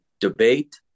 debate